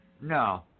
No